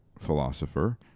philosopher